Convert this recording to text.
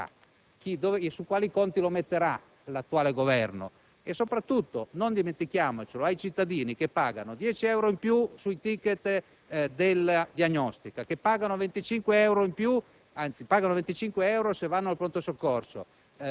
Questi soldi sono un debito e, se sono un debito, chi lo pagherà? Su quali conti lo metterà l'attuale Governo? Soprattutto non dimentichiamo che ai cittadini che pagano 10 euro in più sui *tickets* della diagnostica, che pagano 25 euro se